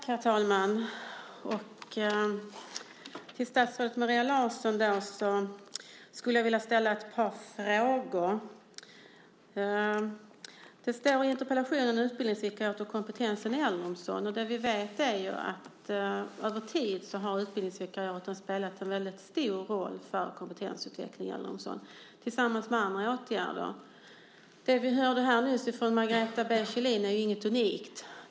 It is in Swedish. Herr talman! Jag skulle vilja ställa ett par frågor till statsrådet Maria Larsson om det som står i interpellationen Utbildningsvikariat och kompetensen i äldreomsorgen. Vi vet att utbildningsvikariaten, tillsammans med andra åtgärder, över tid spelat stor roll för kompetensutvecklingen i äldreomsorgen. Det vi nyss hörde från Margareta B Kjellin är inget unikt.